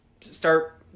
start